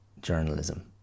journalism